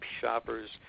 shoppers